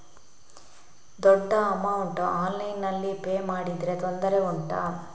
ದೊಡ್ಡ ಅಮೌಂಟ್ ಆನ್ಲೈನ್ನಲ್ಲಿ ಪೇ ಮಾಡಿದ್ರೆ ತೊಂದರೆ ಉಂಟಾ?